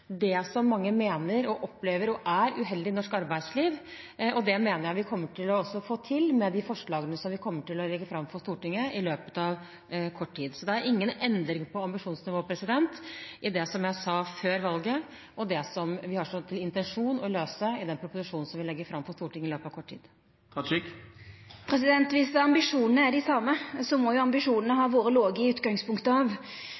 det som mange mener og opplever som, og som er, uheldig i norsk arbeidsliv, og det mener jeg vi også kommer til å få til med de forslagene vi kommer til å legge fram for Stortinget i løpet av kort tid. Så det er ingen endring i ambisjonsnivået i det jeg sa før valget, og i det vi har som intensjon å løse i den proposisjonen som vi legger fram for Stortinget i løpet av kort tid. Om ambisjonane er dei same, må jo